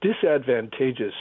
disadvantageous